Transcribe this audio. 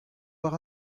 war